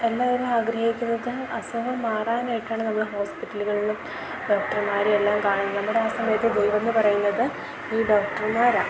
എല്ലാവരും ആഗ്രഹിക്കുന്നത് അസുഖം മാറാനായിട്ടാണ് നമ്മൾ ഹോസ്പിറ്റലുകളിലും ഡോക്ടർമാരെയെല്ലാം കാണും നമ്മുടെ ആ സമയത്ത് ദൈവം എന്ന് പറയുന്നത് ഈ ഡോക്ടർമാരാണ്